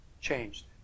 changed